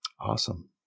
Awesome